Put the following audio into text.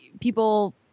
people